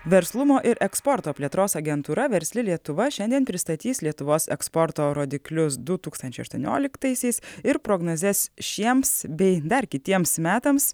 verslumo ir eksporto plėtros agentūra versli lietuva šiandien pristatys lietuvos eksporto rodiklius du tūkstančiai aštuonioliktaisiais ir prognozes šiems bei dar kitiems metams